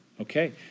Okay